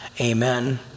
amen